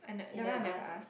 you never ask ah